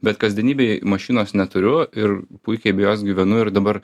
bet kasdienybėje mašinos neturiu ir puikiai be jos gyvenu ir dabar